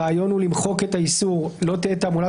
הרעיון הוא למחוק את האיסור: "לא תהא תעמולת